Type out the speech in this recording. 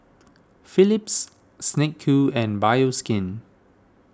Phillips Snek Ku and Bioskin